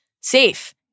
safe